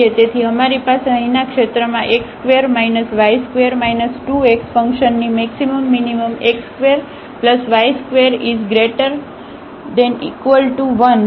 તેથી અમારી પાસે અહીંના ક્ષેત્રમાં x2 y2 2x ફંક્શનની મેક્સિમમ મીનીમમ x2y2≤1 છે